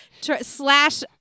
slash